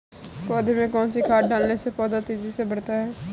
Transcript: पौधे में कौन सी खाद डालने से पौधा तेजी से बढ़ता है?